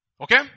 Okay